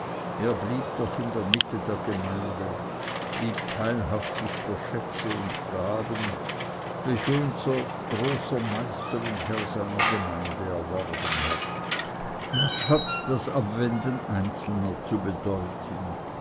er blieb doch in der mitte der gemeinde blieb teilhaftig der schätze und gaben welche unser große meister und herr seiner gemeinde erworben hat was hat das abwenden einzelner zu bedeuten